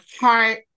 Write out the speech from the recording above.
heart